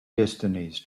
destinies